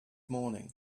morning